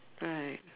right